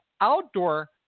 outdoor